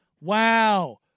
wow